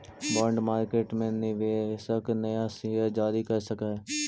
bond market में निवेशक नया शेयर जारी कर सकऽ हई